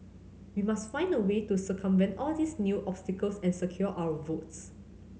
we must find a way to circumvent all these new obstacles and secure our votes